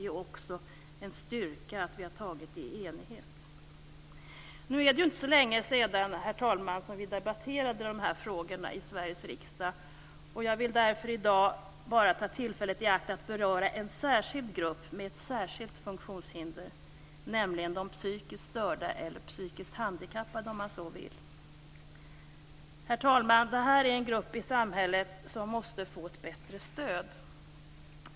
Det är också en styrka att vi har gjort det i enighet. Herr talman! Det är inte särskilt länge sedan vi debatterade de här frågorna i Sveriges riksdag. I dag skall jag därför bara ta tillfället i akt och beröra en särskild grupp med ett särskilt funktionshinder, nämligen de psykiskt störda - eller, om man så vill, de psykiskt handikappade. Denna grupp i samhället måste få ett bättre stöd.